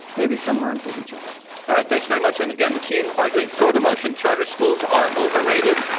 maybe some minds will be changed. all right, thanks very much. and, again, the team arguing for the motion, charter schools are overrated.